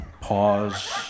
pause